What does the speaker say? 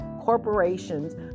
corporations